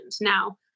Now